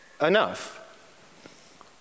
enough